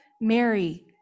Mary